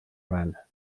rana